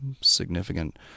significant